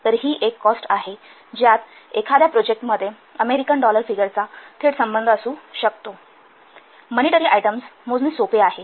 तर ही एक कॉस्ट आहे ज्यात एखाद्या प्रोजेक्टमध्ये अमेरिकन डॉलरफिगरचा थेट संबंध असू शकतो मनीटरी आयटम्स मोजणे सोपे आहे